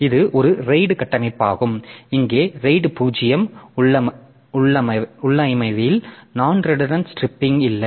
எனவே இது ஒரு RAID கட்டமைப்பாகும் இங்கே RAID 0 உள்ளமைவில் நான் ரிடண்டன்ட் ஸ்ட்ரிப்பிங் இல்லை